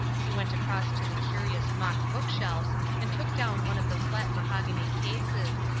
he went across to the curious mock book-shelves and took down one of the flat mahogany cases.